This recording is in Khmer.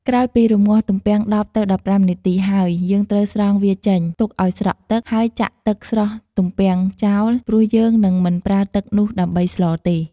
ក្រោយពីរំំងាស់ទំពាំង ១០ទៅ១៥នាទីហើយ យើងត្រូវស្រង់វាចេញ ទុកឱ្យស្រក់ទឹក ហើយចាក់ទឹកស្រុះទំពាំងចោល ព្រោះយើងនឹងមិនប្រើទឹកនោះដើម្បីស្លទេ។